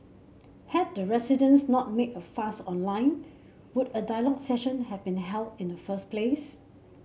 had the residents not made a fuss online would a dialogue session have been held in the first place